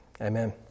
Amen